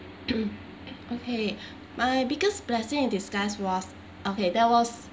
okay my biggest blessing in disguise was okay there was